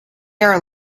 are